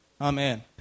Amen